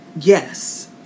yes